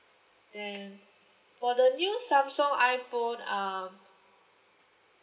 then for the new samsung iphone um